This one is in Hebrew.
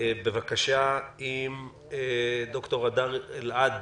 בבקשה עם ד"ר הדר אלעד